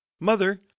Mother